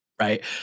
right